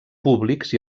públics